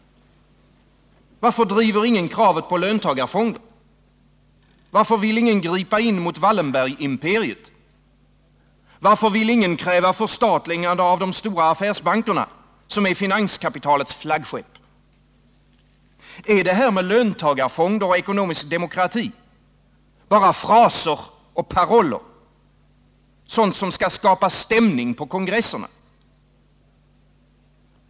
Varför driver ingen kravet på löntagarfonder? Varför vill ingen gripa in mot Wallenbergimperiet? Varför vill ingen kräva förstatligande av de stora affärsbankerna, som är finanskapitalets flaggskepp? Är det här med löntagarfonder och ekonomisk demokrati bara fraser och paroller — sådant som skall skapa stämning på kongresserna?